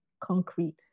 concrete